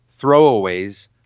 throwaways